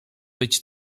być